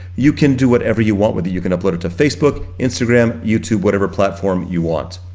you can do whatever you want with it. you can upload it to facebook, instagram, youtube, whatever platform you want.